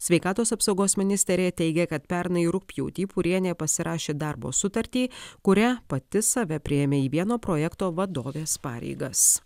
sveikatos apsaugos ministerija teigia kad pernai rugpjūtį pūrienė pasirašė darbo sutartį kuria pati save priėmė į vieno projekto vadovės pareigas